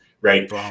right